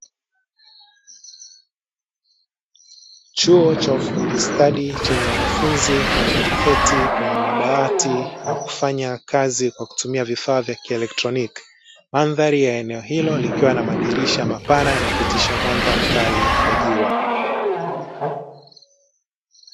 Chuo cha ufundi stadi chenye wanafunzi walioketi kwenye madawati na kufanya kazi kwa kutumia vifaa vya kielektroniki. Mandhari ya eneo hilo likiwa na madirisha mapana yanayopitisha mwanga mkali wa jua.